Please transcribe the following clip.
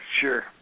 sure